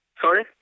Sorry